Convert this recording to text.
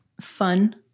fun